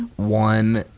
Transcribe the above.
one,